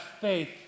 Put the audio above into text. faith